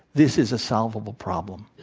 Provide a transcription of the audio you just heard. this is a solvable problem.